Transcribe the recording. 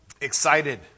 excited